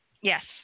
Yes